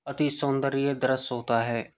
अति सौंदर्य दृश्य होता है